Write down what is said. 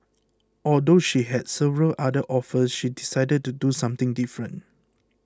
although she had several other offers she decided to do something different